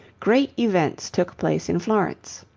great events took place in florence.